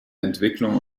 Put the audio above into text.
entwicklung